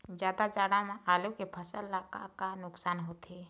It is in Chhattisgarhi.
जादा जाड़ा म आलू के फसल ला का नुकसान होथे?